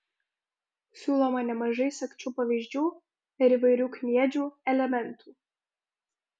siūloma nemažai sagčių pavyzdžių ar įvairių kniedžių elementų